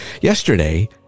Yesterday